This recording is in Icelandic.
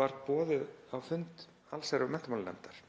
boðið á fund allsherjar- og menntamálanefndar.